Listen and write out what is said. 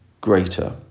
greater